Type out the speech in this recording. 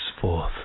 forth